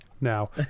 Now